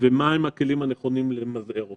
ומה הם הכלים הנכונים למזער אותה.